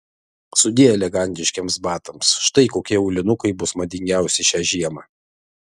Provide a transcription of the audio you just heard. sudie elegantiškiems batams štai kokie aulinukai bus madingiausi šią žiemą